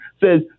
says